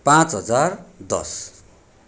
पाँच हजार दस